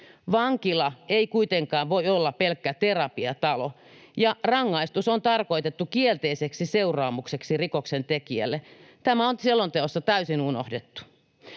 Vankila ei kuitenkaan voi olla pelkkä terapiatalo, ja rangaistus on tarkoitettu kielteiseksi seuraamukseksi rikoksentekijälle. Tämä on selonteossa täysin unohdettu.